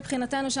לא מכירים